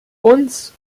uns